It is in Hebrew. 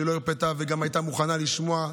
שלא הרפתה וגם הייתה מוכנה לשמוע.